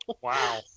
Wow